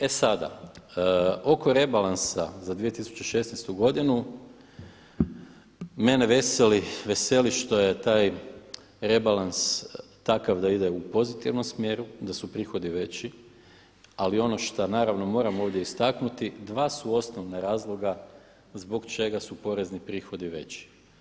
E sada, oko rebalansa za 2016. godinu mene veseli što je taj rebalans takav da ide u pozitivnom smjeru, da su prihodi veći, ali ono što naravno moramo ovdje istaknuti dva su osnovna razloga zbog čega su porezni prihodi veći.